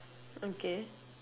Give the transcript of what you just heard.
okay